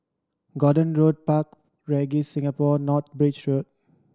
Gordon Road Park Regis Singapore North Bridge Road